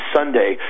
Sunday